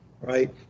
right